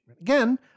Again